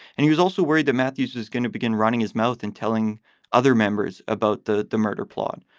and he was also worried the matthews was going to begin running his mouth and telling other members about the the murder plot.